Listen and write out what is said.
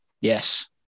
yes